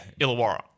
Illawarra